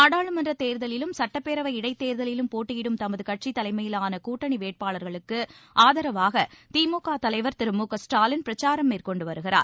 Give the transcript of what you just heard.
நாடாளுமன்ற தேர்தலிலும் சட்டப்பேரவை இடைத்தேர்தலிலும் போட்டியிடும் தமது கட்சி தலைமையிலான கூட்டணி வேட்பாளாகளுக்கு ஆதரவாக திமுக தலைவா் திரு மு க ஸ்டாலின் பிரச்சாரம் மேற்கொண்டு வருகிறார்